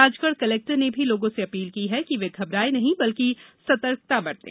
Rajgarh collector ने भी लोगों से अपील की है कि वे घबराए नहीं बल्कि सतर्कता बरतें